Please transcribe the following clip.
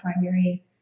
primary